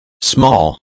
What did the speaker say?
small